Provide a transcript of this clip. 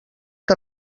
que